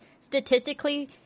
statistically